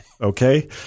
Okay